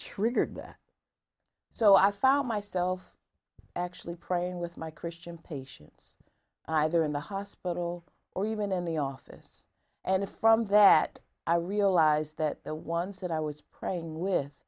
triggered that so i found myself actually praying with my christian patients either in the hospital or even in the office and from that i realized that the ones that i was praying with